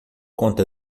conta